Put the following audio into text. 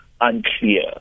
unclear